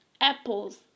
apples